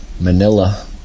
Manila